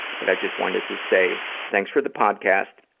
but i just wanted to say thanks for the podcast.